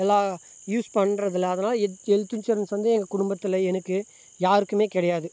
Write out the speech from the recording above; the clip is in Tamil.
எல்லா யூஸ் பண்றதில அதனால ஹெல்த் இன்சூரன்ஸ் வந்து எங்ள் குடும்பத்தில் எனக்கு யாருக்கும் கிடையாது